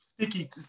sticky